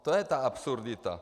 To je ta absurdita.